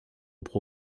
pro